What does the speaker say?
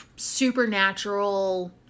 supernatural